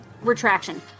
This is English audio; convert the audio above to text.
retraction